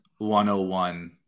101